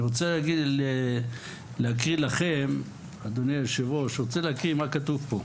אני רוצה להקריא לכם מה כתוב פה: